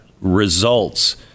results